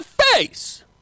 face